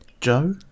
Joe